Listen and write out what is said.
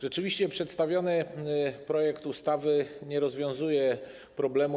Rzeczywiście przedstawiony projekt ustawy nie rozwiązuje problemu.